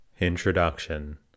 Introduction